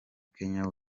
kanye